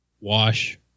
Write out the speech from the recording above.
Wash